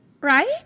right